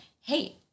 hey